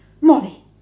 Molly